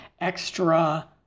extra